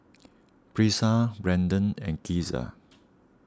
Brisa Brandan and Kizzy